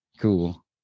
Cool